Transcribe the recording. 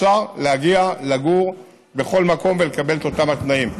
אפשר להגיע לגור בכל מקום ולקבל את אותם התנאים.